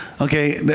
Okay